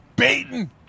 baiting